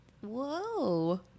whoa